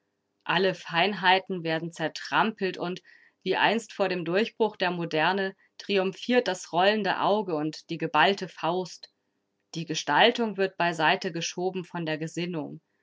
alle feinheiten werden zertrampelt und wie einst vor dem durchbruch der moderne triumphiert das rollende auge und die geballte faust die gestaltung wird beiseite geschoben von der gesinnung